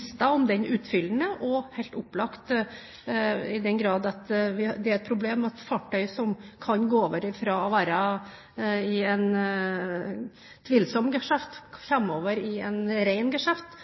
se på om den listen er utfyllende. Det er helt opplagt at det er å foretrekke – i den grad at det er et problem – at fartøy som er i en tvilsom geskjeft, kommer over i en